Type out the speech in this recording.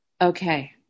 okay